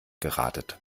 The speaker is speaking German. geratet